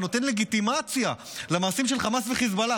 ונותן לגיטימציה למעשים של חמאס וחיזבאללה.